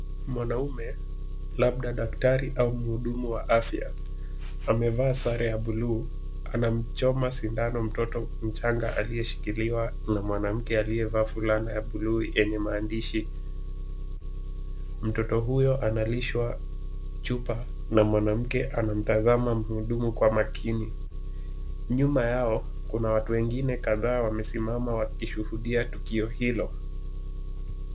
Mwanaume, labda daktari au mhudumu wa afya, amevaa sare ya buluu, anamchoma sindano mtoto mchanga aliyeshikiliwa na mwanamke aliyevaa fulana ya buluu yenye maandishi. Mtoto huyo analishwa chupa na mwanamke anamtazama mhudumu kwa makini. Nyuma yao kuna watu wengine kadhaa wenye wamesimama wakishuhudia tukio hilo.